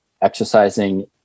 exercising